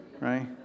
right